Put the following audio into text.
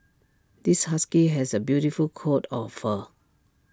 this husky has A beautiful coat of fur